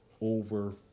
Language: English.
over